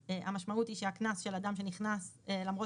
"(2)35(2)500" המשמעות היא שהקנס של אדם שנכנס למרות